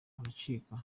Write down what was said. aracika